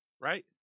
Right